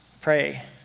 pray